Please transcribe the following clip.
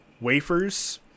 wafers